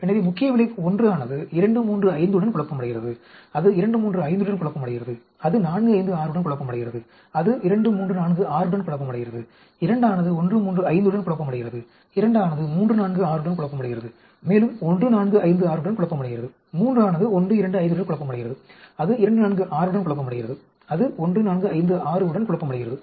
எனவே முக்கிய விளைவு 1 ஆனது 235 உடன் குழப்பமடைகிறது அது 235 உடன் குழப்பமடைகிறது அது 456 உடன் குழப்பமடைகிறது அது 2346 உடன் குழப்பமடைகிறது 2 ஆனது 135 உடன் குழப்பமடைகிறது 2 ஆனது 346 உடன் குழப்பமடைகிறது மேலும் 1456 உடன் குழப்பமடைகிறது 3 ஆனது 125 உடன் குழப்பமடைகிறது அது 246 உடன் குழப்பமடைகிறது அது 1456 உடன் குழப்பமடைகிறது